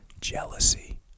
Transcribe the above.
Jealousy